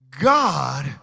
God